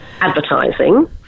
advertising